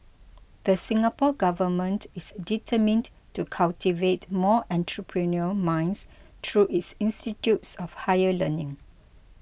the Singapore Government is determined to cultivate more entrepreneurial minds through its institutes of higher learning